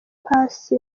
paccy